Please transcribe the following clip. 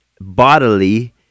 bodily